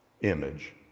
image